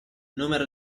numero